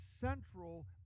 central